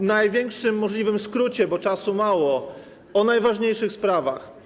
W największy możliwym skrócie, bo czasu mało, powiem o najważniejszych sprawach.